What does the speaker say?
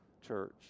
church